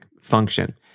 function